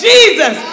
Jesus